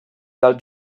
del